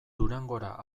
durangora